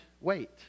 wait